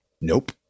Nope